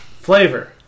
Flavor